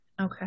Okay